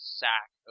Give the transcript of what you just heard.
sack